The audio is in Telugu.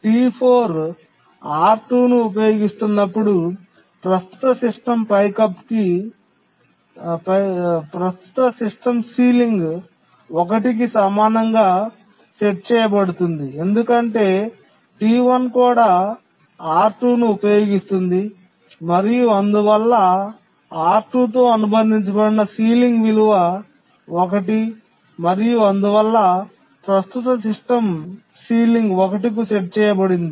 T4 R2 ను ఉపయోగిస్తున్నప్పుడు ప్రస్తుత సిస్టమ్ పైకప్పు 1 కి సమానంగా సెట్ చేయబడుతుంది ఎందుకంటే T1 కూడా R2 ను ఉపయోగిస్తుంది మరియు అందువల్ల R2 తో అనుబంధించబడిన పైకప్పు విలువ 1 మరియు అందువల్ల ప్రస్తుత సిస్టమ్ పైకప్పు 1 కు సెట్ చేయబడింది